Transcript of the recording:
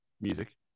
music